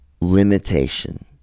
limitation